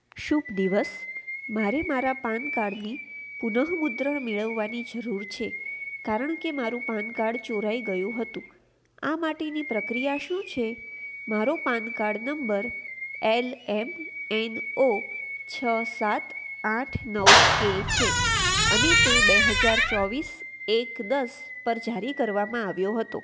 શુભ દિવસ મારી મારા પાન કાર્ડની પુન મુદ્રણ મેળવવાની જરૂર છે કારણ કે મારું પાન કાર્ડ ચોરાઈ ગયું હતું આ માટેની પ્રક્રિયા શું છે મારો PAN card number L M N O છ સાત આઠ નવ કે છે અને તે બે હજાર ચોવીસ એક દસ પર જારી કરવામાં આવ્યો હતો